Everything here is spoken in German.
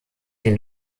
den